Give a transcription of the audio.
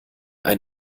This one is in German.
ein